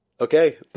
Okay